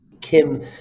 Kim